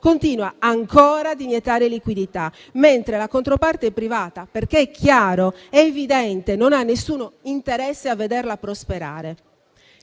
continua ancora a iniettare liquidità, mentre la controparte privata - è evidente e chiaro - non ha alcun interesse a vederla prosperare.